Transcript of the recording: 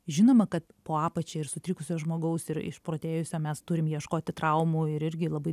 žinoma kad po apačia ir sutrikusio žmogaus ir išprotėjusio mes turim ieškoti traumų ir irgi labai